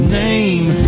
name